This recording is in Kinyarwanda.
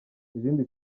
izindi